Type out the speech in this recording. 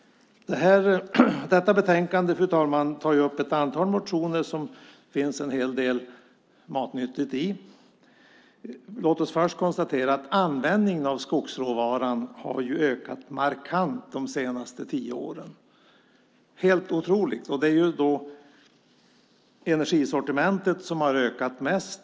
Fru talman! I detta betänkande behandlas ett antal motioner som det finns en hel del matnyttigt i. Låt mig först konstatera att användningen av skogsråvaran har ökat markant de senaste tio åren - det är helt otroligt. Det är energisortimentet som har ökat mest.